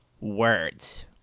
words